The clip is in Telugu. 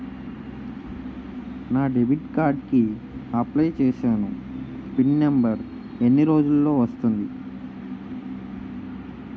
నా డెబిట్ కార్డ్ కి అప్లయ్ చూసాను పిన్ నంబర్ ఎన్ని రోజుల్లో వస్తుంది?